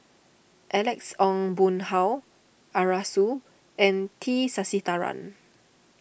Alex Ong Boon Hau Arasu and T Sasitharan